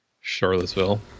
Charlottesville